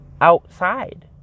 outside